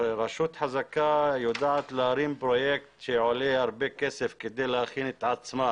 רשות חזקה יודעת להרים פרויקט שעולה הרבה כסף כדי להכין את עצמה